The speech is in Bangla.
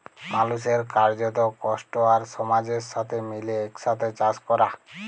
মালুসের কার্যত, কষ্ট আর সমাজের সাথে মিলে একসাথে চাস ক্যরা